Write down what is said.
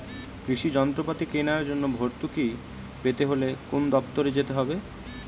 কৃষি যন্ত্রপাতি কেনার জন্য ভর্তুকি পেতে হলে কোন দপ্তরে যেতে হবে?